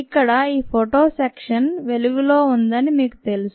ఇక్కడ ఈ photo section వెలుగులో ఉందని మీకు తెలుసు